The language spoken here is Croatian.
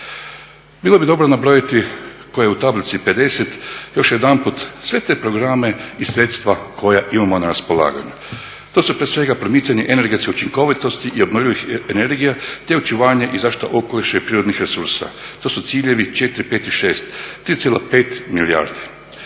Bilo bi dobro nabrojiti ko je u tablici 50 još jedanput sve te programe i sredstva koja imamo na raspolaganju. To su prije svega promicanje energetske učinkovitosti i obnovljivih energija, te očuvanje i zaštita okoliša i prirodnih resursa, to su ciljevi 4, 5, 6, 3,5 milijardi,